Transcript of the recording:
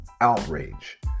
outrage